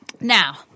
Now